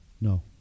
No